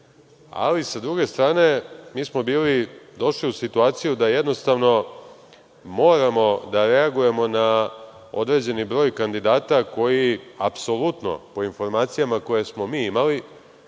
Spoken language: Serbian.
ali sa druge strane mi smo došli u situaciju da jednostavno moramo da reagujemo na određeni broj kandidata koji apsolutno, po informacijama koje smo mi imali,